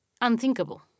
unthinkable